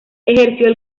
ejerció